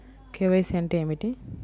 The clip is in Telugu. కే.వై.సి అంటే ఏమిటి?